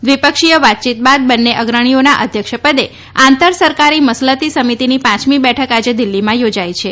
દ્વિપક્ષીય વાતચીત બાદ બંને અગ્રણીઓના અધ્યક્ષપદે આંતર સરકારી મસલતી સમિતિની પાંચમી બેઠક આજે દિલ્હીમાં યોજાઈ છે